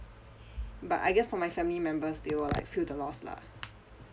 but I guess for my family members they will like feel the loss lah